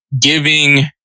giving